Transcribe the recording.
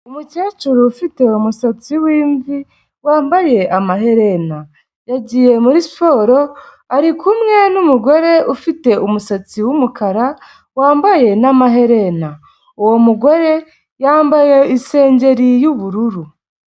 Umukecuru ufite umusatsi w'imvi wambaye amaherena, yagiye muri siporo ari kumwe n'umugore ufite umusatsi w'umukara wambaye n'amaherena, uwo mugore yambaye isengeri y'ubururu.